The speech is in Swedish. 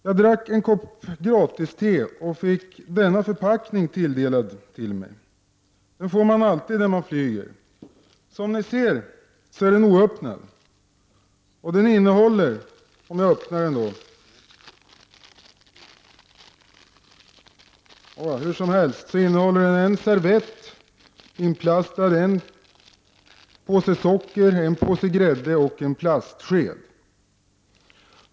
Jag drack en kopp gratiste. Denna förpackning blev mig tilldelad. En sådan får man alltid när man flyger. Som ni ser är förpackningen oöppnad. Den innehåller följande: en inplastad serviett, en påse socker, en påse grädde och en plastsked.